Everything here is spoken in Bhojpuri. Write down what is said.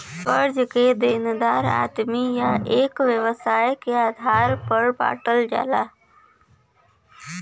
कर्जा के देनदार आदमी या एक व्यवसाय के आधार पर बांटल जाला